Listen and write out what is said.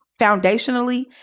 Foundationally